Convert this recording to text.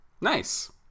Nice